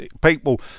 People